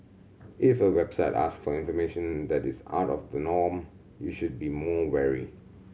if a website ask for information that is out of the norm you should be more wary